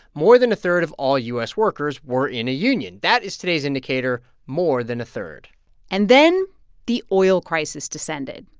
more than a third of all u s. workers were in a union. that is today's indicator more than a third and then the oil crisis descended.